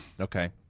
Okay